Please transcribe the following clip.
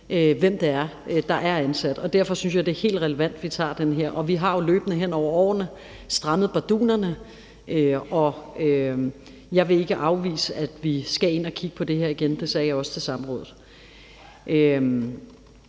er, der er ansat. Derfor synes jeg også, det er helt relevant, at vi tager debatten, og vi har jo hen over årene også løbende strammet bardunerne, og jeg vil heller ikke afvise, at vi skal ind at kigge på det her igen, hvad jeg også sagde